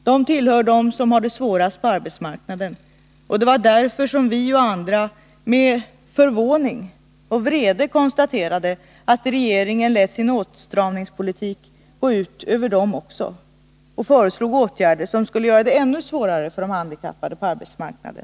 De tillhör dem som har det svårast på arbetsmarknaden. Det var därför som vi och andra med förvåning och vrede konstaterade att regeringen lät sin åtstramningspolitik gå ut även över dem och föreslog åtgärder som skulle göra det ännu svårare för de handikappade på arbetsmarknaden.